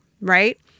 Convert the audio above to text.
right